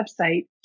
website